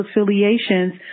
affiliations